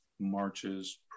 marches